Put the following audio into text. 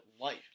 life